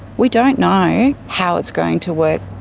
we don't know how it's going to work.